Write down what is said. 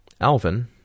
Alvin